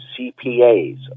CPAs